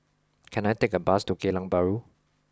can I take a bus to Geylang Bahru